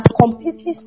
completely